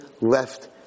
left